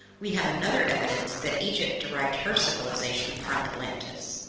we have another evidence that egypt derived her civilization from atlantis.